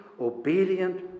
obedient